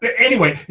but anyway